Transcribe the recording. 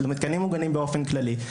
למתקנים מוגנים באופן כללי.